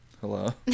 Hello